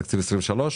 בתקציב 23',